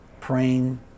praying